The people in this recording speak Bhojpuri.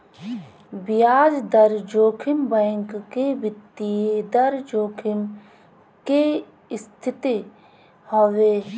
बियाज दर जोखिम बैंक के वित्तीय दर जोखिम के स्थिति हवे